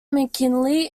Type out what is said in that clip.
mckinley